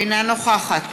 אינה נוכחת